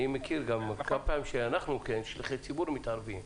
יש פעמים שאנחנו כשליחי ציבור מתערבים.